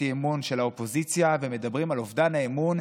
אי-אמון של האופוזיציה ומדברים על אובדן האמון,